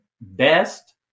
best